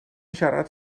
siarad